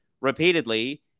repeatedly